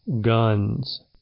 guns